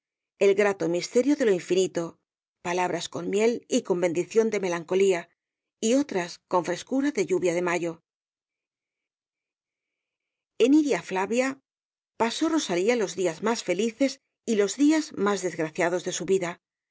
el grato misterio de lo infinito palabras con miel y con bendición de melancolía y otras con frescura de lluvia de mayo en iria flavia pasó rosalía los días más felices y los días más desgraciados de su vida